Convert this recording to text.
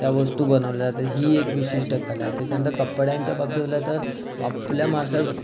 त्या वस्तू बनवल्यात ही एक विशिष्ट कलाए त्याच्यानंतर कपड्यांच्या बाबतीत बोलाय तर आपल्या महाराष्ट्रात